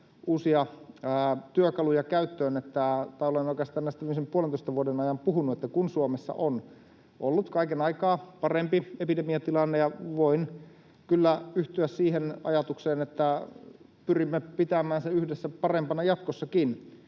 uusia työkaluja käyttöön, tai olen näistä oikeastaan tämmöisen puolentoista vuoden ajan puhunut, että kun Suomessa on ollut kaiken aikaa parempi epidemiatilanne — ja voin kyllä yhtyä siihen ajatukseen, että pyrimme pitämään sen yhdessä parempana jatkossakin